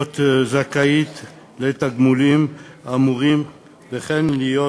להיות זכאיות לתגמולים האמורים וכן להיות